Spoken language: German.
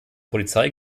polizei